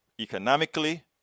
Economically